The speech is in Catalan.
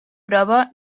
prova